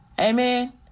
Amen